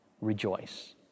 Rejoice